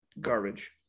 garbage